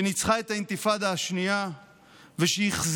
שניצחה את האינתיפאדה השנייה ושהחזירה